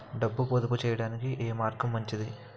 డబ్బు పొదుపు చేయటానికి ఏ మార్గం మంచిది?